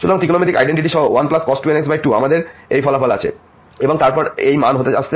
সুতরাং ত্রিকোণমিতিক আইডেন্টিটি সহ 1cos 2nx 2 আমাদের এই ফলাফল আছে